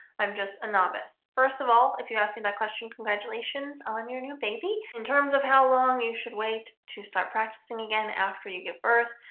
i'm just a novice first of all if you ask me that question congratulations on your new baby in terms of how long you should wait to start practicing again after you give birth